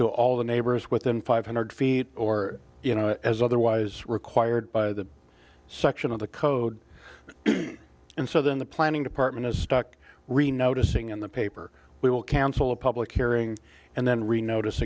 to all the neighbors within five hundred feet or as otherwise required by the section of the code and so then the planning department is stuck re noticing in the paper we will cancel a public hearing and then re notice